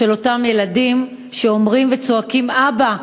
של אותם ילדים שאומרים וצועקים: אבא,